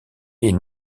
est